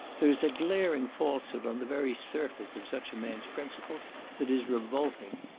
there is a glaring falsehood on the very surface of such a man's principles that is revolting.